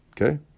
Okay